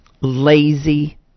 lazy